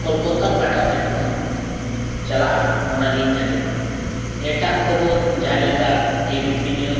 ᱠᱳᱞᱠᱟᱛᱟ ᱯᱟᱦᱴᱟ ᱥᱮᱫ ᱠᱷᱚᱱ ᱪᱟᱞᱟᱜᱼᱟ ᱚᱱᱟᱜᱤᱧ ᱟᱸᱡᱚᱢᱟ ᱮᱴᱟᱜ ᱠᱷᱚᱵᱚᱨ ᱡᱟᱦᱟᱸ ᱞᱮᱠᱟ ᱮᱹ ᱵᱤ ᱯᱤ ᱱᱤᱭᱩᱥ